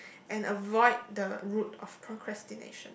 and avoid the route of procrastination